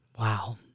Wow